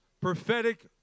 prophetic